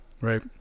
Right